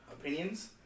Opinions